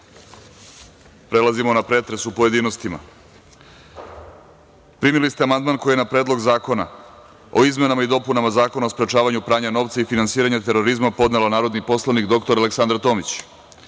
sednice. Prelazimo na pretres u pojedinostima. Primili ste amandman koji je na Predlog zakona o izmenama i dopunama Zakona o sprečavanju pranja novca i finansiranja terorizma podnela narodni poslanik dr Aleksandra Tomić,